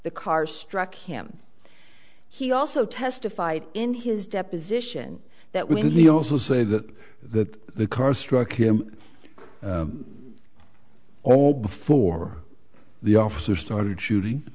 the car struck him he also testified in his deposition that we also say that that the car struck him all before the officer started shooting